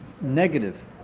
negative